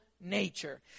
nature